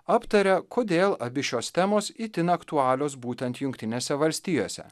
aptaria kodėl abi šios temos itin aktualios būtent jungtinėse valstijose